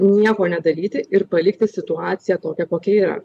nieko nedaryti ir palikti situaciją tokią kokia yra